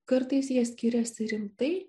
kartais jie skiriasi rimtai